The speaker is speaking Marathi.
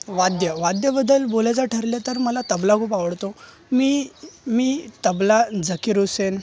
वाद्य वाद्याबद्दल बोलायचं ठरलं तर मला तबला खूप आवडतो मी मी तबला जाकीर हुसेन